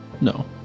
no